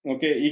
Okay